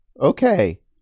okay